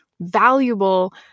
valuable